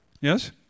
Yes